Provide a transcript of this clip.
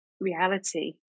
reality